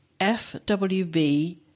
FWB